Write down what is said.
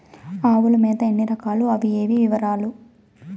ఆవుల మేత ఎన్ని రకాలు? అవి ఏవి? వివరాలు?